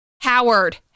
Howard